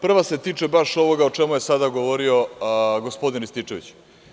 Prva se tiče baš ovoga o čemu je sada govorio gospodin Rističević.